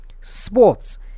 sports